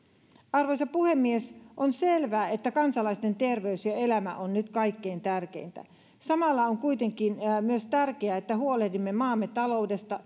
arvoisa puhemies on selvää että kansalaisten terveys ja elämä on nyt kaikkein tärkeintä samalla on kuitenkin tärkeää myös se että huolehdimme maamme taloudesta